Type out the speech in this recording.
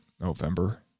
November